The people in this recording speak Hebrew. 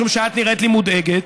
משום שאת נראית לי מודאגת,